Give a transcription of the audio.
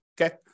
Okay